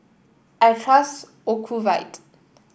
I trust Ocuvite